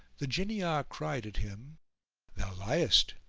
the jinniyah cried at him thou liest!